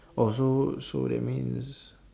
oh so so that means